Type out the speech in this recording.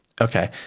Okay